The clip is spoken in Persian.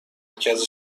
مرکز